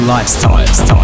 Lifestyles